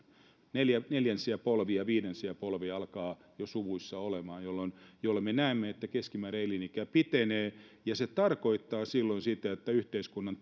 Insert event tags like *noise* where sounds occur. neljänsiä polvia viidensiä polvia alkaa jo suvuissa olemaan jolloin me näemme että keskimääräinen elinikä pitenee se tarkoittaa silloin sitä että yhteiskunnan *unintelligible*